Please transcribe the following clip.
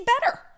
better